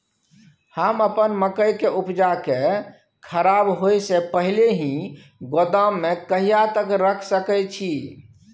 हम अपन मकई के उपजा के खराब होय से पहिले ही गोदाम में कहिया तक रख सके छी?